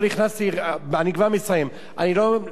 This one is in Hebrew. אני לא נכנסתי למקרה החמור ביותר,